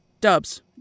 Dubs